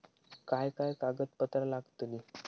काय काय कागदपत्रा लागतील?